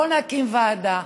בואו נקים ועדה.